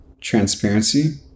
transparency